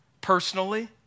personally